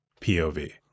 POV